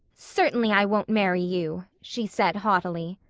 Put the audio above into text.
certainly i won't marry you, she said haughtily.